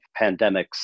pandemics